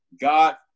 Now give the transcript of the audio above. God